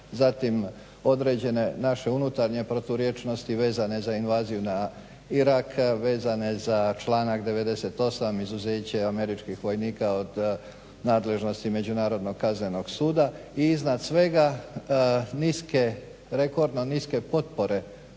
zatim određene naše unutarnje proturječnosti vezane za invaziju na Irak, vezane za članak 98. izuzeće američkih vojnika od nadležnosti međunarodnog kaznenog suda. I iznad svega niske, rekordno niske potpore